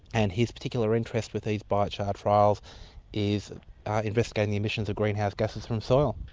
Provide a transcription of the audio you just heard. and his particular interest with these biochar ah trials is investigating the emissions of greenhouse gases from soil.